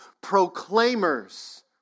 proclaimers